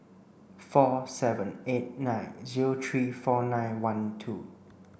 four seven eight nine zero three four nine one two